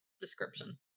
description